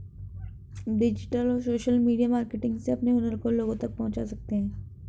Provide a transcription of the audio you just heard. digital और social media marketing से अपने हुनर को लोगो तक पहुंचा सकते है